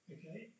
Okay